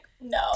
no